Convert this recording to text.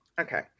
Okay